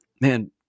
Man